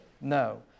No